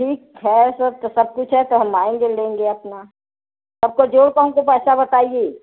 ठीक है सब तो सब कुछ है तो हम आएँगे लेंगे अपना सबको जोड़ कर हमको पैसा बताइए